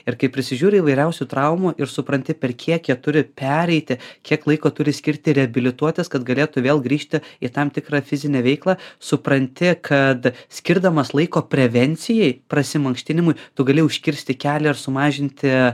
ir kai prisižiūri įvairiausių traumų ir supranti per kiek jie turi pereiti kiek laiko turi skirti reabilituotis kad galėtų vėl grįžti į tam tikrą fizinę veiklą supranti kad skirdamas laiko prevencijai prasimankštinimui tu gali užkirsti kelią ir sumažinti